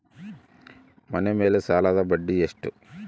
ಮನೆ ಮೇಲೆ ಸಾಲದ ಬಡ್ಡಿ ಎಷ್ಟು?